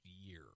year